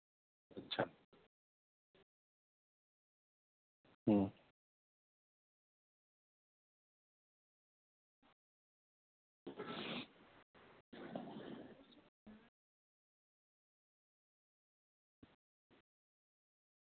ᱟᱪᱪᱷᱟ ᱦᱩᱸ